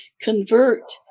convert